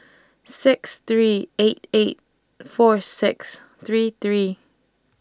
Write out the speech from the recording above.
six three eight eight four six three three